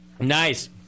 Nice